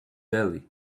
deli